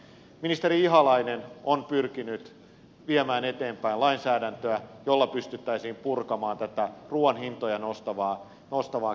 ministeri ihalainen on pyrkinyt viemään eteenpäin lainsäädäntöä jolla pystyttäisiin purkamaan tätä ruuan hintoja nostavaa keskittymistä